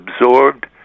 absorbed